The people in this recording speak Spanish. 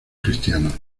cristianos